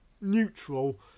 neutral